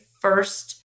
first